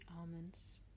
almonds